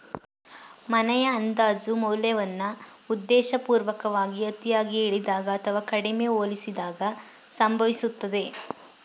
ಮನೆಯ ಅಂದಾಜು ಮೌಲ್ಯವನ್ನ ಉದ್ದೇಶಪೂರ್ವಕವಾಗಿ ಅತಿಯಾಗಿ ಹೇಳಿದಾಗ ಅಥವಾ ಕಡಿಮೆ ಹೋಲಿಸಿದಾಗ ಸಂಭವಿಸುತ್ತದೆ